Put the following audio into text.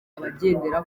abagendera